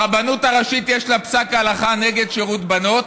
הרבנות הראשית, יש לה פסק הלכה נגד שירות בנות,